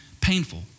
painful